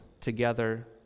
together